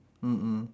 mm mm